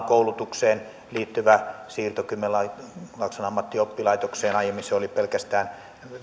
koulutukseen liittyvä siirto kymenlaakson ammattioppilaitokseen aiemmin se oli pelkästään